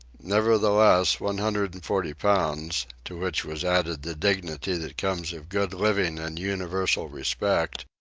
nevertheless, one hundred and forty pounds, to which was added the dignity that comes of good living and universal respect,